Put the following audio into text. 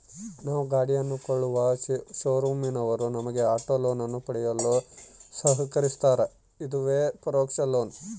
ನಾವು ಗಾಡಿಯನ್ನು ಕೊಳ್ಳುವ ಶೋರೂಮಿನವರು ನಮಗೆ ಆಟೋ ಲೋನನ್ನು ಪಡೆಯಲು ಸಹಕರಿಸ್ತಾರ, ಇದುವೇ ಪರೋಕ್ಷ ಲೋನ್